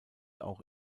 auch